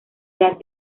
edad